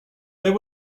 there